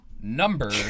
Number